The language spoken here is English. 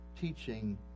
teaching